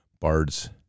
BARD's